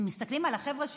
אם מסתכלים על החבר'ה שפה,